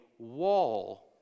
Wall